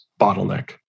bottleneck